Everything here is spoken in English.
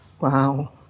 Wow